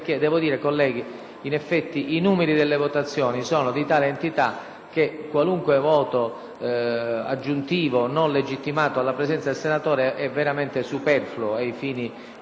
che qualunque voto aggiuntivo non legittimato dalla presenza del senatore è veramente superfluo ai fini politico-parlamentari, al di là del malcostume insisto in sé. Metto